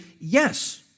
yes